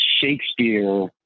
Shakespeare